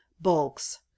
bulks